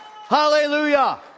Hallelujah